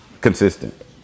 consistent